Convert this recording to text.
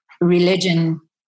religion